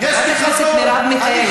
תקראי אותו לסדר.